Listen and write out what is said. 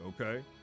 okay